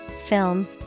film